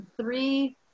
three